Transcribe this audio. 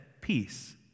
Peace